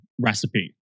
recipe